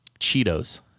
cheetos